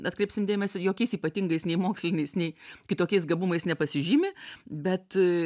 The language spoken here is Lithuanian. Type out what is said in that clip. atkreipsim dėmesį jokiais ypatingais nei moksliniais nei kitokiais gabumais nepasižymi bet